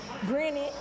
Granted